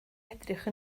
edrych